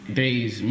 days